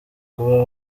kuba